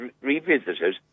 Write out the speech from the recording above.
revisited